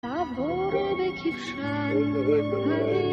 תעבור ותשאל...